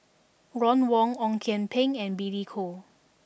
Ron Wong Ong Kian Peng and Billy Koh